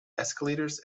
escalators